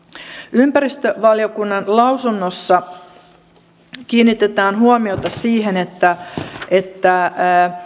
ympäristövaliokunnan lausunnossa kiinnitetään huomiota siihen että että